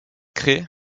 craie